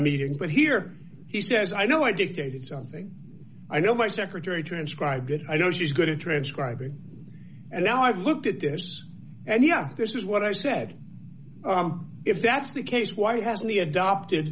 meeting but here he says i know i dictated something i know my secretary transcribed it i know she's going to transcribe it and now i've looked at this and you know this is what i said if that's the case why hasn't he adopted